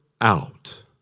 out